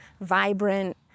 vibrant